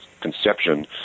conception